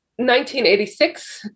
1986